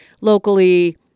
locally